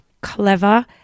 clever